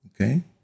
okay